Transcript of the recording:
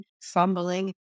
fumbling